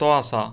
तो आसा